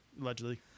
allegedly